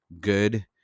good